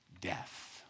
death